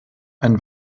ein